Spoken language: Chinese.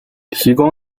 提供